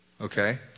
Okay